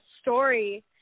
story